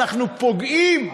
אנחנו פוגעים,